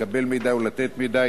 לקבל מידע ולתת מידע,